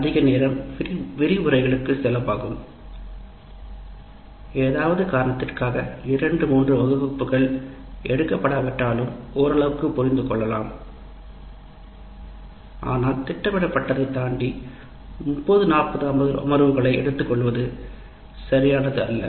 அதிக நேரம் விரிவுரைகளுக்கு செலவாகும் திட்டமிடப்பட்டதைத் தாண்டி 30 40 அமர்வுகளை எடுத்துக் கொள்ளுவது சரியானது அல்ல